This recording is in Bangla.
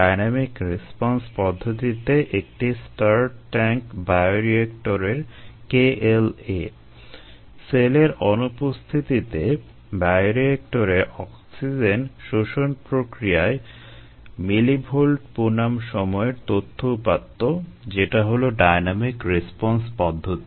ডাইন্যামিক রেসপন্স পদ্ধতিতে একটি স্টার্ড ট্যাংক বায়োরিয়েক্টরের kLa সেলের অনুপস্থিতিতে বায়োরিয়েক্টরে অক্সিজেন শোষণ প্রক্রিয়ায় মিলিভোল্ট বনাম সময়ের তথ্য উপাত্ত যেটা হলো ডাইন্যামিক রেসপন্স পদ্ধতি